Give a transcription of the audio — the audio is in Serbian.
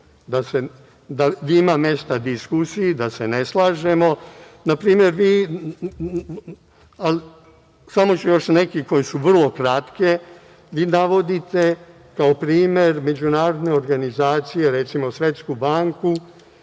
da ima mesta diskusiji, da se ne slažemo. Samo ću još neke koje su vrlo kratke. Vi navodite kao primer međunarodne organizacije, recimo, Svetsku banku,